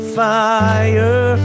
fire